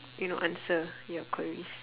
you know answer your queries